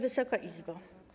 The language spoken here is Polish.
Wysoka Izbo!